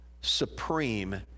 supreme